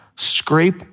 Scrape